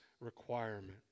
requirement